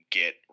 get